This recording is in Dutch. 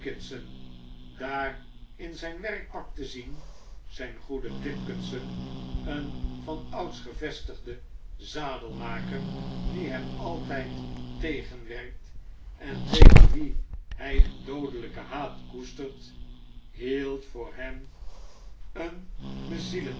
daar in zyn werkpak te zien zyn goede tipkisson een vanouds gevestigde zadelmaker die hem altjjd tegenwerkt en tegen wien hy een doodelijken haat koestert hield voor hen een